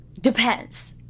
depends